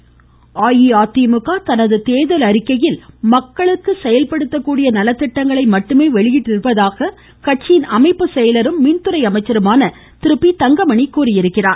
தங்கமணி அஇஅதிமுக தனது தேர்தல் அறிக்கையில் மக்களுக்கு செயல்படுத்தக்கூடிய நலத்திட்டங்களை மட்டுமே வெளியிட்டிருப்பதாக கட்சியின் அமைப்பு செயலரும் மின்துறை அமைச்சருமான திரு பி தங்கமணி தெரிவித்திருக்கிறார்